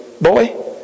boy